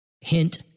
Hint